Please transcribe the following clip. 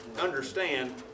understand